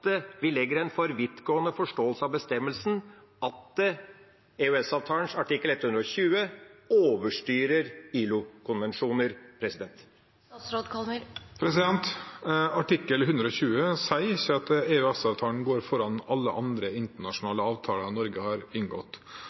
vi legger en for vidtgående forståelse av bestemmelsen om at EØS-avtalens artikkel 120 overstyrer ILO-konvensjoner? Artikkel 120 sier ikke at EØS-avtalen går foran alle andre internasjonale avtaler Norge har inngått.